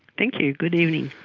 thank you, good evening.